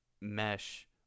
mesh